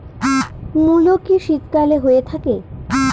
মূলো কি শীতকালে হয়ে থাকে?